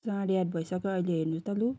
साँढे आठ भइसक्यो अहिले हेर्नु त लु